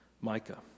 Micah